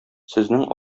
сезнең